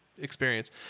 experience